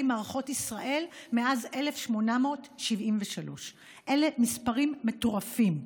מערכות ישראל מאז 1873. אלה מספרים מטורפים.